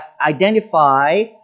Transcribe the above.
identify